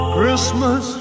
Christmas